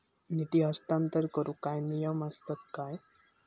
निधी हस्तांतरण करूक काय नियम असतत काय?